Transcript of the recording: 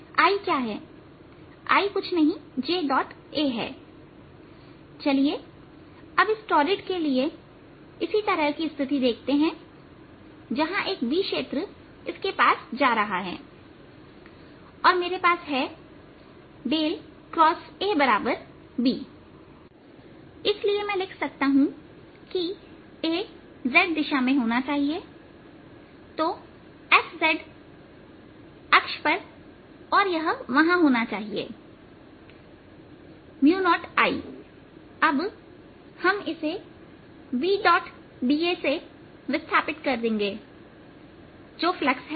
I कुछ नहीं Ja है चलिए अब इस टॉरिड के लिए इसी तरह की स्थिति देखते हैं जहां एक B क्षेत्र इसके पास जा रहा है और मेरे पास है X AB इसलिए मैं लिख सकता हूं कि A z दिशा में होना चाहिए तो f अक्ष पर और यह वहां होना चाहिए0I अब हम इसे Bda से विस्थापित कर देंगे जो फ्लक्स है